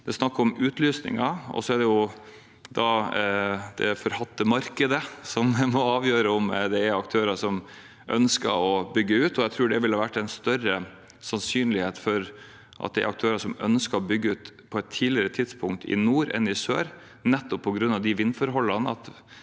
er snakk om utlysninger, og så er det da det forhatte markedet som avgjør om det er aktører som ønsker å bygge ut. Jeg tror det ville vært større sannsynlighet for at aktører ønsker å bygge ut på et tidligere tidspunkt i nord enn i sør, nettopp på grunn av vindforholdene,